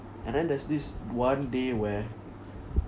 and then there's this one day where